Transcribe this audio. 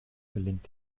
gelingt